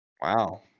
Wow